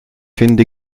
finde